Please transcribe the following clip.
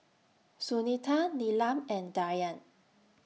Sunita Neelam and Dhyan